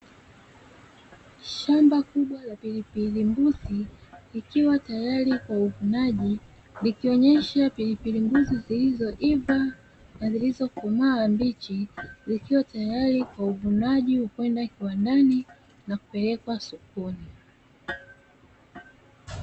Shamba kubwa la pilipili mbuzi likiwa tayari kwa uvunaji, likionyesha pilipili mbuzi zilizoiva na zilizokomaa mbichi zikiwa tayari kwa uvunaji wa kwenda kiwandani na kupelekwa sokoni.